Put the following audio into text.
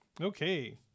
Okay